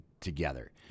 together